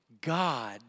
God